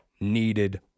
needed